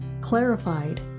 clarified